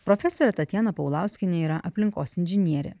profesorė tatjana paulauskienė yra aplinkos inžinierė